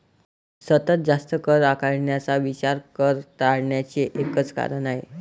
सतत जास्त कर आकारण्याचा विचार कर टाळण्याचे एक कारण आहे